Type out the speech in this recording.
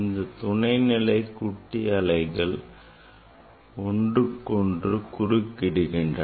இந்தத் துணை நிலை குட்டி அலைகள் ஒன்றுக்கொன்று குறுக்கிடுகின்றன